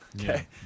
Okay